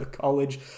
college